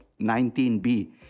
19b